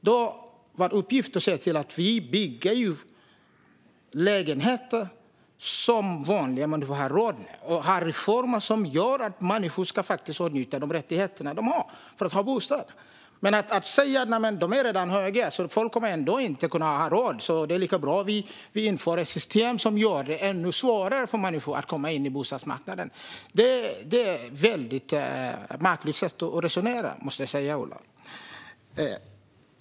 Då är vår uppgift att se till att det byggs lägenheter som vanliga människor har råd med och att göra reformer som gör att människor faktiskt får åtnjuta den rättighet de har att ha en bostad. Men att säga att hyrorna redan är så höga att folk ändå inte kommer att ha råd, så det är lika bra att vi inför ett system som gör det ännu svårare för människor att komma in på bostadsmarknaden - det är ett märkligt sätt att resonera, måste jag säga.